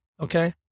okay